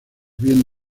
bien